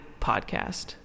Podcast